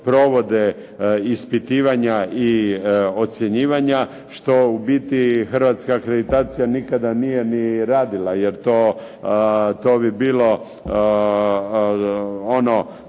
provode ispitivanja i ocjenjivanja, što ubiti Hrvatska akreditacija nikada nije ni radila jer to bi bilo ono